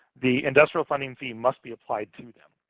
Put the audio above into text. the industrial funding fee must be applied to them.